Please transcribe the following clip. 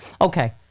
okay